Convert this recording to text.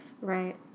Right